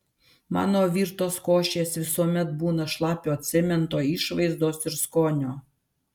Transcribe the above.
mano virtos košės visuomet būna šlapio cemento išvaizdos ir skonio